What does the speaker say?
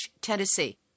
Tennessee